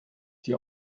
die